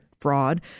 fraud